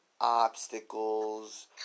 obstacles